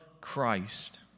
Christ